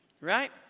right